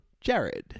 Jared